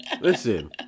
Listen